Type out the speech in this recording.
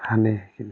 সানে সেইখিনি